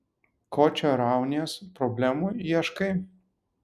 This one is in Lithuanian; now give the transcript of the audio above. ko čia raunies problemų ieškai